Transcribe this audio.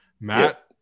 Matt